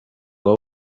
waba